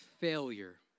failure